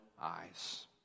eyes